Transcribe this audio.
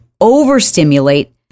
overstimulate